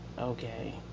Okay